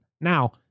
Now